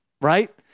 right